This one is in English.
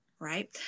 right